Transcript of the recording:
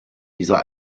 dieser